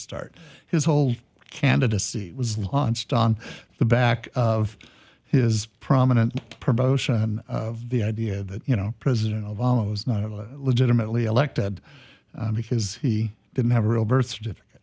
start his whole candidacy was launched on the back of his prominent promotion of the idea that you know president obama was not legitimately elected because he didn't have a real birth certificate